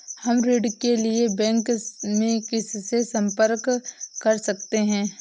हम ऋण के लिए बैंक में किससे संपर्क कर सकते हैं?